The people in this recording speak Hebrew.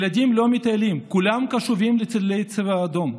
ילדים לא מטיילים, כולם קשובים לצלילי צבע אדום,